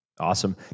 Awesome